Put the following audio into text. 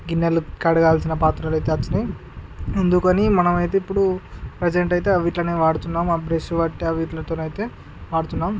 గిన్నెలు కడగాల్సిన పాత్రలు అయితే వచ్చినాయి అందుకని మనం అయితే ఇప్పుడు ప్రజెంట్ అయితే అవి ఇట్లనే వాడుతున్నాము ఆ బ్రష్ బట్టి అవి ఇట్లతోని అయితే వాడుతున్నాము